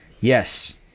Yes